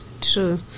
true